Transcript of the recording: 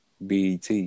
BET